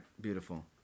beautiful